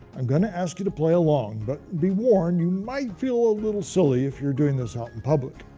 i'm going to ask you to play along, but be warned, you might feel a little silly if you are doing this ah in public.